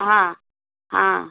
हाँ हाँ